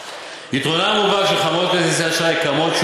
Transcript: יתרונן המובהק של חברות כרטיסי האשראי הקיימות,